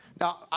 Now